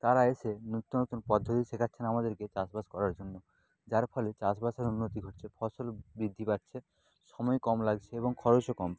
তারা এসে নিত্য নতুন পদ্ধতি শেখাচ্ছেন আমাদেরকে চাষবাস করার জন্য যার ফলে চাষবাসের উন্নতি ঘটছে ফসল বৃদ্ধি পাচ্ছে সময় কম লাগছে এবং খরচও কম